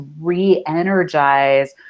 re-energize